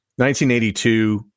1982